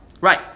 Right